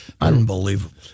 Unbelievable